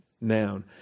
noun